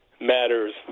matters